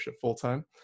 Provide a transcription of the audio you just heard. full-time